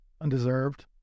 undeserved